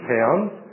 Pounds